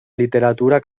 literatura